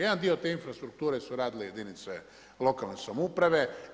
Jedan dio te infrastrukture su radile jedinice lokalne samouprave.